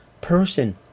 person